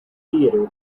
theatre